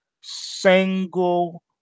single